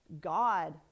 God